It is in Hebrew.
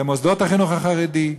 למוסדות החינוך החרדי,